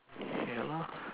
ya lah